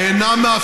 אינה מאפשרת למדינה,